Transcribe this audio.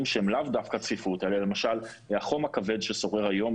שהם לאו דווקא צפיפות אלא למשל החום הכבד ששורר היום